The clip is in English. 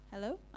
Hello